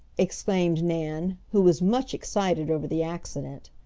exclaimed nan, who was much excited over the accident.